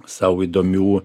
sau įdomių